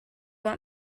want